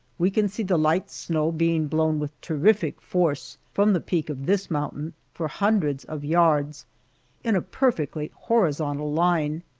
we can see the light snow being blown with terrific force from the peak of this mountain for hundreds of yards in a perfectly horizontal line,